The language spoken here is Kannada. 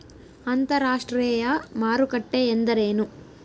ಅಂತರಾಷ್ಟ್ರೇಯ ಮಾರುಕಟ್ಟೆ ಎಂದರೇನು?